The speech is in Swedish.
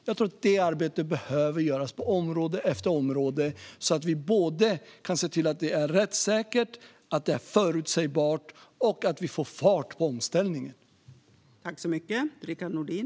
Jag tror att det arbetet behöver göras på område efter område, så att vi kan se till såväl att det är rättssäkert och förutsägbart som att vi får fart på omställningen.